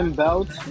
belt